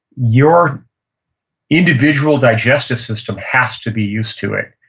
your individual digestive system has to be used to it.